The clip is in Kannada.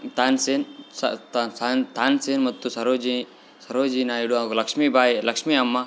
ತಾನ್ಸೇನ್ ಸ ತಾ ಸಾನ್ ತಾನ್ಸೇನ್ ಮತ್ತು ಸರೋಜಿ ಸರೋಜಿನಿ ನಾಯ್ಡು ಹಾಗು ಲಕ್ಷ್ಮಿಬಾಯಿ ಲಕ್ಷ್ಮಿ ಅಮ್ಮ